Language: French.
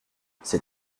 c’est